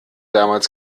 damals